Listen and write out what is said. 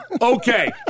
okay